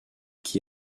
qui